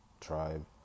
tribe